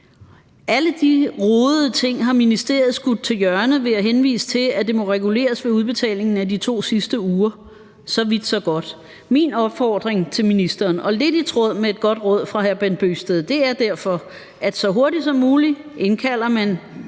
Alle de rodede ting har ministeriet skudt til hjørne ved at henvise til, at det må reguleres ved udbetalingen af de to sidste uger – så vidt så godt. Min opfordring til ministeren – og lidt i tråd med et godt råd fra hr. Bent Bøgsted – er derfor, at man så hurtigt som muligt indkalder til